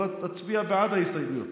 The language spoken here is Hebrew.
אבל תצביע בעד ההסתייגויות.